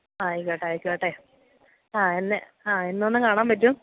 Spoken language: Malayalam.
ആയിക്കോട്ടെ ആയിക്കോട്ടെ ആ എന്നെ ആ എന്നൊന്ന് കാണാൻ പറ്റും